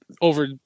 over